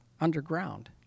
underground